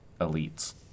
elites